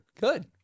good